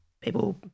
people